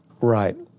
Right